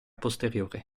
posteriore